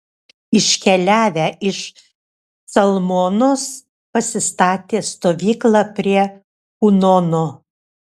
iškeliavę iš calmonos pasistatė stovyklą prie punono